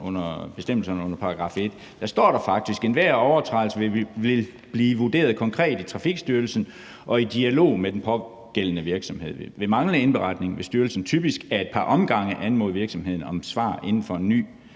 i bestemmelserne under § 1 står der faktisk: »Enhver overtrædelse vil blive vurderet konkret i Trafikstyrelsen og i dialog med den pågældende virksomhed. Ved manglende indberetning vil styrelsen typisk ad et par omgange anmode virksomheden om svar inden for en ny